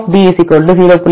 8 f 0